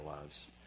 lives